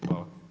Hvala.